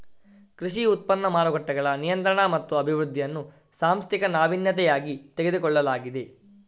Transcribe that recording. ಕೃಷಿ ಉತ್ಪನ್ನ ಮಾರುಕಟ್ಟೆಗಳ ನಿಯಂತ್ರಣ ಮತ್ತು ಅಭಿವೃದ್ಧಿಯನ್ನು ಸಾಂಸ್ಥಿಕ ನಾವೀನ್ಯತೆಯಾಗಿ ತೆಗೆದುಕೊಳ್ಳಲಾಗಿದೆ